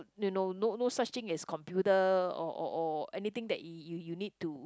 you know no no such thing as computer or or or anything that you you need to